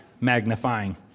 magnifying